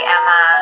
Emma